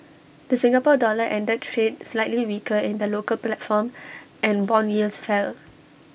the Singapore dollar ended trade slightly weaker in the local platform and Bond yields fell